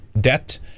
debt